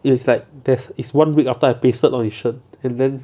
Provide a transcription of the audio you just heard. it's like death is one week after I pasted on his shirt and then